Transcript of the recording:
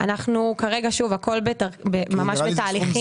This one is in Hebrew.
כרגע, שוב, הכל ממש בתהליכים.